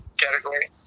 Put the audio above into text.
category